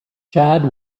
chad